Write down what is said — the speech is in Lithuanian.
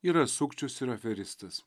yra sukčius ir aferistas